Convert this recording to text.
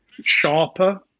Sharper